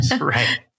Right